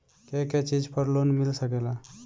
के के चीज पर लोन मिल सकेला?